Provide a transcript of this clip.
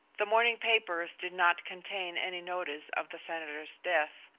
the morning papers did not contain any notice of the senator's death,